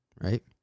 Right